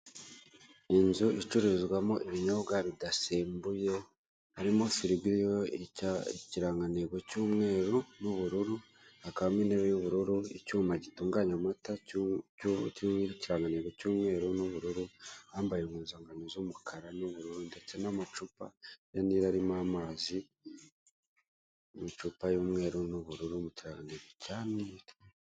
Inzu icururizwamo ibinyobwa bidasembuye harimo firigo irimo ikirangantego cy'umweru n'ubururu hakabamo intebe y'ububururu, icyuma gitunganya amata kiriho ikirangantego cy'umweru n'ubururu, uwambaye impuzangano z'umukara z'umukara n'ubururu ndetse n'amacupa ya nili arimo amazi n'amacupa y'umweru n'ubururu maremare cyanee..